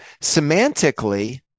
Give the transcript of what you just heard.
semantically